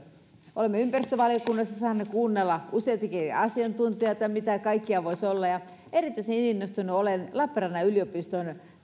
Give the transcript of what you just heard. olemme ympäristövaliokunnassa saaneet kuunnella useitakin asiantuntijoita mitä kaikkea voisi olla ja erityisen innostunut olen lappeenrannan yliopiston